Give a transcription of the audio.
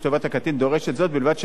ובלבד שהאחראי לקטין יסכים לכך.